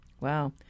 Wow